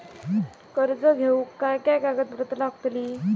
कर्ज घेऊक काय काय कागदपत्र लागतली?